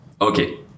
okay